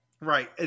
Right